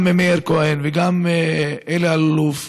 גם מאיר כהן וגם אלי אלאלוף,